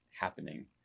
happening